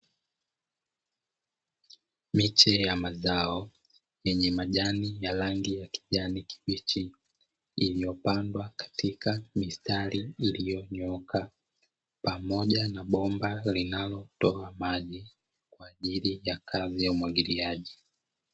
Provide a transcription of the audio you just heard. Miche ya mazao yenye majani ya rangi ya kijani kibichi, iliyopandwa kwenye mistari iliyonyooka pamoja na bomba linalotoa maji kwa njia ya kazi ya umwagiliaji.